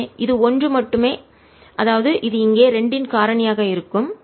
எனவே இது ஒன்று மட்டுமேஅதாவது இது இங்கே 2 இன் காரணியாக இருக்கும்